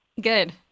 Good